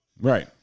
Right